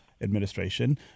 administration